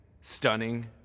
stunning